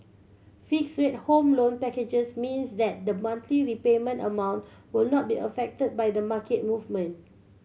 fixed rate Home Loan packages means that the monthly repayment amount will not be affect by the market movement